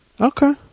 Okay